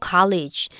College